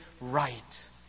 right